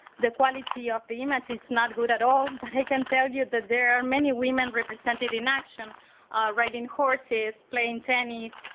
the quality of the image is not good at all. and but i can tell you that there are many women represented in action riding horses, playing tennis,